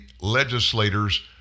legislators